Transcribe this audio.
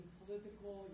political